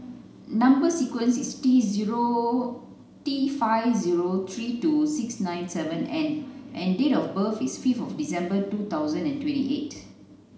number sequence is T zero T five zero three two six nine seven N and date of birth is fifth of December two thousand and twenty eight